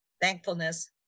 thankfulness